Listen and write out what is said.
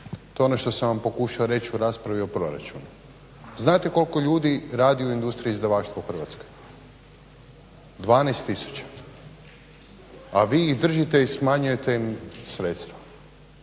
to je ono što sam vam pokušao u raspravi o proračunu. Znate koliko ljudi radi u industriji izdavaštva u Hrvatskoj? 12000. A vi ih držite i smanjujete im sredstva.